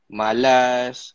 malas